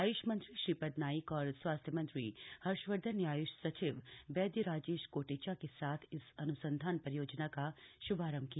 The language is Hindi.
आयुष मंत्री श्रीपद नाइक और स्वास्थ्य मंत्री हर्षवर्धन ने आय्ष सचिव वैद्य राजेश कोटेचा के साथ इस अन्संधान परियोजना का श्भारंभ किया